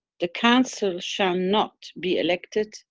the council shall not be elected,